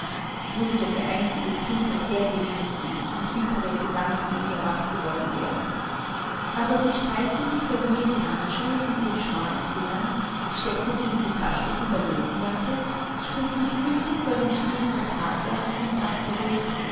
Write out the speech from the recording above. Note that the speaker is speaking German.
wo sie doch ihr einziges kind hat hergeben müssen und bittere gedanken in ihr wach geworden wären aber sie streifte sich bei mir die handschuhe von ihren schmalen fingern steckte sie in die tasche von der lodenjacke strich sich flüchtig vor dem spiegel das haar glatt und sagte ruhig